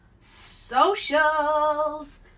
socials